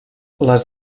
les